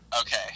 Okay